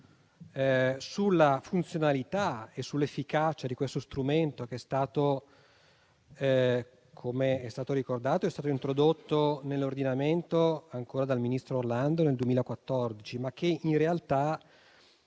sulla funzionalità e sull'efficacia di questo strumento che, com'è stato ricordato, è stato introdotto nell'ordinamento dal ministro Orlando nel 2014, ma che in realtà